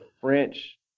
French